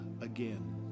again